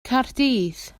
caerdydd